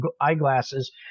eyeglasses